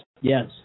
Yes